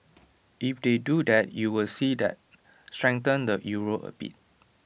if they do that you would see that strengthen the euro A bit